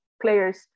players